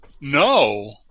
No